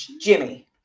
Jimmy